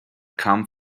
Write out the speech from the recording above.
come